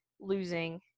losing